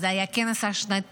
זה היה הכנס השנתי,